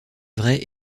vraie